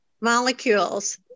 molecules